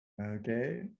okay